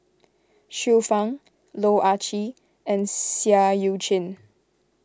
Xiu Fang Loh Ah Chee and Seah Eu Chin